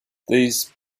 these